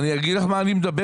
אני אגיד לך מה אני מדבר.